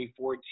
2014